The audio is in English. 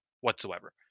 whatsoever